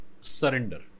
surrender